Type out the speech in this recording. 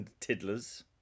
Tiddlers